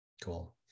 Cool